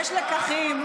יש לקחים,